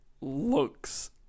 looks